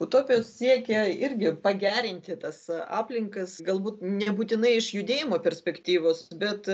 utopijos siekia irgi pagerinti tas aplinkas galbūt nebūtinai iš judėjimo perspektyvos bet